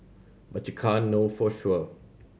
but you can't know for sure